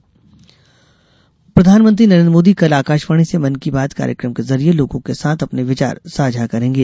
मन की बात प्रधानमंत्री नरेन्द्र मोदी कल आकाशवाणी से मन की बात कार्यक्रम के जरिए लोगों के साथ अपने विचार साझा करेंगे